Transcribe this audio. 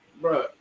Bro